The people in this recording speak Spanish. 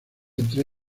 entre